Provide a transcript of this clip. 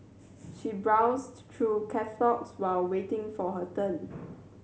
she browsed through while waiting for her turn